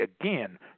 again